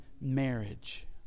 marriage